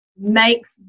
makes